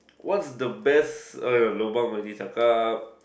what's the best lobang for this cakap